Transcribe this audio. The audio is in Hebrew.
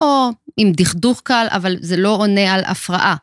או אם דכדוך קל, אבל זה לא עונה על הפרעה.